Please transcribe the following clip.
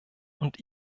und